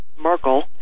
Merkel